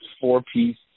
four-piece